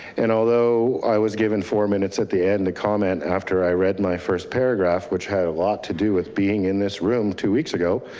and although i was given four minutes at the end to comment after i read my first paragraph, which had a lot to do with being in this room two weeks ago.